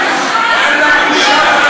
זה לא קשור לשקיפות.